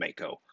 Mako